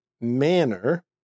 manner